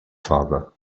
father